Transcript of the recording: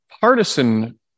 partisan